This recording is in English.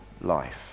life